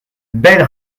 belle